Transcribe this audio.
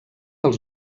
als